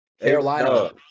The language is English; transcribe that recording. Carolina